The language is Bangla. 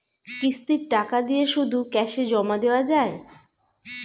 কিস্তির টাকা দিয়ে শুধু ক্যাসে জমা দেওয়া যায়?